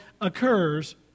occurs